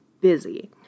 busy